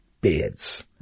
beards